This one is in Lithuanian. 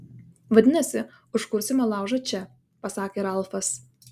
vadinasi užkursime laužą čia pasakė ralfas